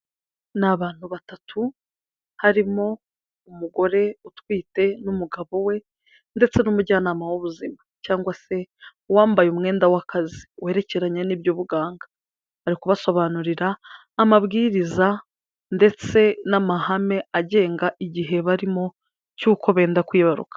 Ni abantu batatu harimo umugore utwite n'umugabo we ndetse n'umujyanama w'ubuzima cyangwa se uwambaye umwenda w'akazi werekeranye n'iby'ubuganga, ari kubasobanurira amabwiriza ndetse n'amahame agenga igihe barimo cy'uko benda kwibaruka.